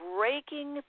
Breaking